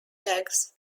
gags